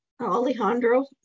Alejandro